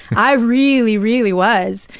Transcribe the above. i really, really was.